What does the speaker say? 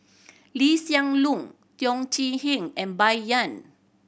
Lee Hsien Loong Teo Chee Hean and Bai Yan